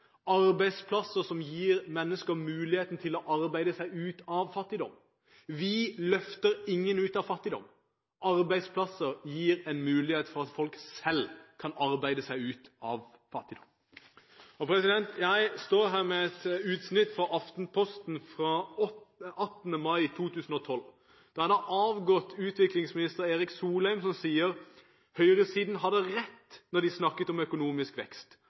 arbeidsplasser som gir mennesker muligheten til å arbeide seg ut av fattigdom. Vi løfter ingen ut av fattigdom. Arbeidsplasser gir en mulighet for at folk selv kan arbeide seg ut av fattigdom. Jeg står her med et utsnitt fra Aftenposten 18. mai 2012. Der er det en avgått utviklingsminister, Erik Solheim, som sier at høyresiden hadde rett når de snakket om økonomisk vekst,